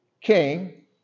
king